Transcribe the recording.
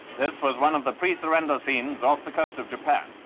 this was one of the pre-surrender scenes off the coast of japan.